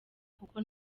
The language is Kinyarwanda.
kuko